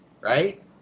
Right